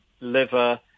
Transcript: liver